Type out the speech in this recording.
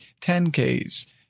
10Ks